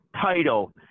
title